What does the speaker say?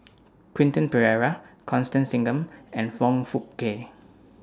Quentin Pereira Constance Singam and Foong Fook Kay